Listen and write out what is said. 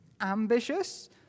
ambitious